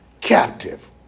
captive